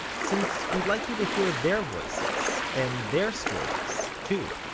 since we'd like you to hear their voices, and their stories, too.